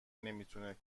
نمیتونه